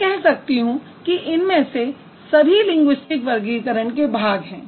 मैं कह सकती हूँ कि इनमें से सभी लिंगुइस्टिक वर्गीकरण के भाग हैं